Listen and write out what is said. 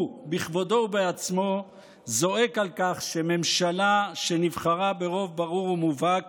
הוא בכבודו ובעצמו זועק על כך שממשלה שנבחרה ברוב ברור ומובהק